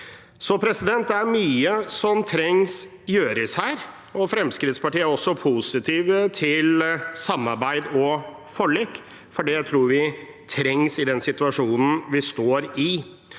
å passivisere. Det er mye som trengs å gjøres her. Fremskrittspartiet er også positiv til samarbeid og forlik, for det tror vi trengs i den situasjonen vi står i.